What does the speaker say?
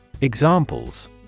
Examples